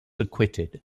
acquitted